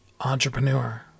entrepreneur